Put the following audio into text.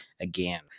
again